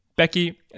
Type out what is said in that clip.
Becky